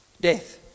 death